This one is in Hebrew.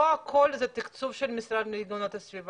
לא הכול זה תקצוב של המשרד להגנת הסביבה.